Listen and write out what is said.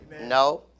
No